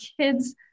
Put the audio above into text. kids